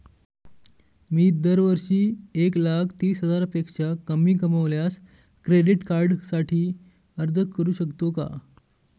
मी दरवर्षी एक लाख तीस हजारापेक्षा कमी कमावल्यास क्रेडिट कार्डसाठी अर्ज करू शकतो का?